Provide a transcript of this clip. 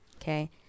Okay